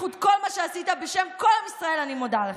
בזכות כל מה שעשית, בשם כל עם ישראל, אני מודה לך.